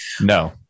No